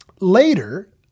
later